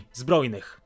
zbrojnych